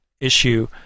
issue